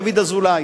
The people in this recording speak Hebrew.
דוד אזולאי?